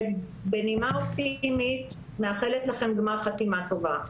ובנימה אופטימית אני מאחלת לכם גמר חתימה טובה.